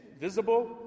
visible